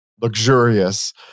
luxurious